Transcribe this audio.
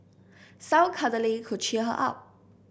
some cuddling could cheer her up